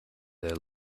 their